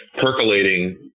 percolating